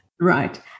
Right